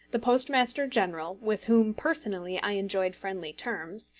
the postmaster-general, with whom personally i enjoyed friendly terms,